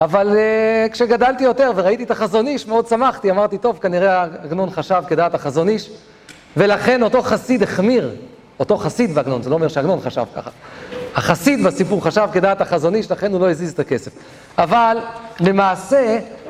אבל כשגדלתי יותר וראיתי את החזון איש מאוד שמחתי, אמרתי, טוב, כנראה עגנון חשב כדעת החזון איש ולכן אותו חסיד החמיר אותו חסיד בעגנון, זה לא אומר שעגנון חשב ככה החסיד בסיפור חשב כדעת החזון איש, לכן הוא לא הזיז את הכסף אבל למעשה